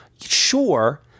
sure